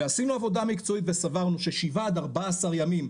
ועשינו עבודה מקצועית וסברנו ששבעה עד ארבעה עשר ימים,